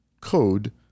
code